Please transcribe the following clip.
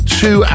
two